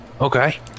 Okay